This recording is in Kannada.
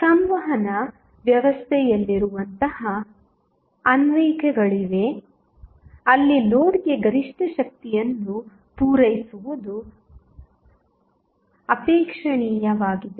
ಆದ್ದರಿಂದ ಸಂವಹನ ವ್ಯವಸ್ಥೆಯಲ್ಲಿರುವಂತಹ ಅನ್ವಯಿಕೆಗಳಿವೆ ಅಲ್ಲಿ ಲೋಡ್ಗೆ ಗರಿಷ್ಠ ಶಕ್ತಿಯನ್ನು ಪೂರೈಸುವುದು ಅಪೇಕ್ಷಣೀಯವಾಗಿದೆ